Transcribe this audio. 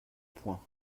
point